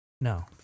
No